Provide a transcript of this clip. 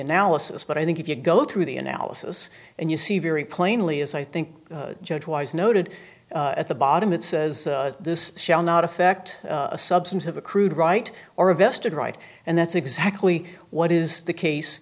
analysis but i think if you go through the analysis and you see very plainly as i think judge wise noted at the bottom it says this shall not affect a substantive accrued right or a vested right and that's exactly what is the case